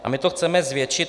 A my to chceme zvětšit.